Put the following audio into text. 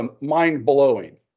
mind-blowing